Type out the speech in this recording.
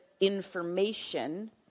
information